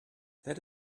that